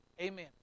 Amen